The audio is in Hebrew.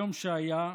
היום שהיה,